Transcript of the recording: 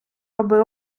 аби